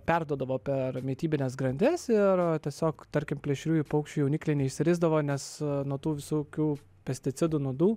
perduodavo per mitybines grandis ir tiesiog tarkim plėšriųjų paukščių jaunikliai neišsirisdavo nes nuo tų visokių pesticidų nuodų